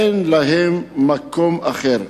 אין להם מקום אחר.